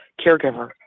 caregiver